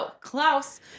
Klaus